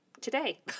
today